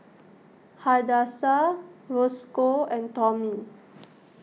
Hadassah Roscoe and Tomie